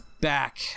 back